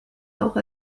auch